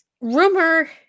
rumor